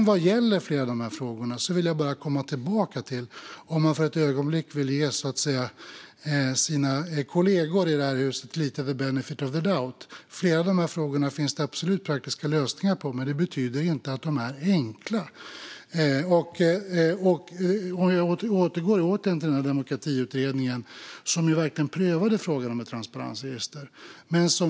Vad gäller flera av de här frågorna vill jag komma tillbaka till, om man för ett ögonblick vill ge sina kollegor i det här huset the benefit of the doubt, att det absolut finns praktiska lösningar på dem. Men det betyder inte att de är enkla. Jag återgår till Demokratiutredningen, som verkligen prövade frågan om ett transparensregister.